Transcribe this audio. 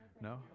No